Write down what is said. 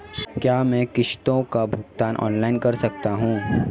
क्या मैं किश्तों का भुगतान ऑनलाइन कर सकता हूँ?